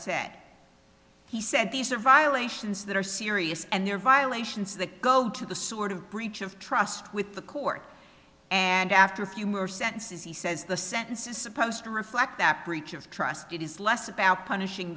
said he said these are violations that are serious and there are violations that go to the sort of breach of trust with the court and after a few more sentences he says the sentence is supposed to reflect that breach of trust is less about punishing